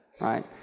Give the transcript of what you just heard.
right